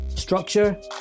structure